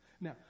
Now